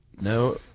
No